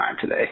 today